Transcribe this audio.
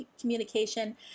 communication